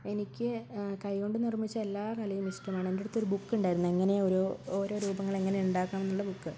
എനിക്ക് കൈകൊണ്ട് നിർമ്മിച്ച എല്ലാ കലയും ഇഷ്ടമാണ് എൻ്റടുത്തൊരു ബുക്കുണ്ടായിരുന്നു എങ്ങനെയാണ് ഓരോ ഓരോ രൂപങ്ങളെങ്ങനെ ഉണ്ടാക്കണം എന്നുള്ള ബുക്ക്